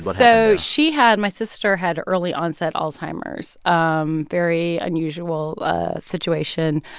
but so she had my sister had early-onset alzheimer's, um very unusual ah situation.